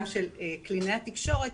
קלינאי תקשורת,